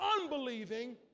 unbelieving